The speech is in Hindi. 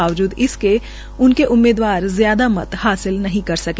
बावजूद इसके उनके उम्मीदवार ज्यादा मत हासिल नहीं कर सके